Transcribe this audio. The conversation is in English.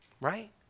right